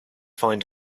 find